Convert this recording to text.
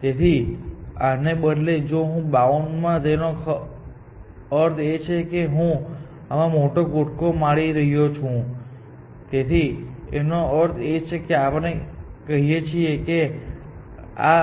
તેથી આને બદલે જો હું બાઉન્ડ તો તેનો અર્થ એ છે કે હું આમાં મોટો કૂદકો મારી રહ્યો છું તેથી તેનો અર્થ એ છે કે આપણે કહીએ છીએ કે આ